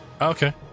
Okay